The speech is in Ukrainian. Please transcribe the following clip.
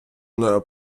мною